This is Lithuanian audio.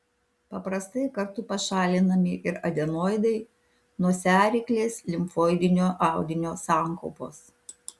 paprastai kartu pašalinami ir adenoidai nosiaryklės limfoidinio audinio sankaupos